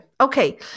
Okay